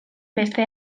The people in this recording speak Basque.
beste